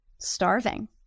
starving